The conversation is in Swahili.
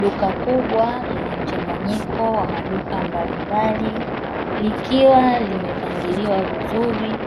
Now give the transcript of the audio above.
Duka kubwa lenye mchanganyiko wa maduka mbalimbali, likiwa limepangiliwa vizuri,